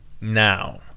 now